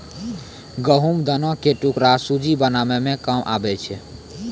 गहुँम दाना के टुकड़ा सुज्जी बनाबै मे काम आबै छै